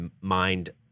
mind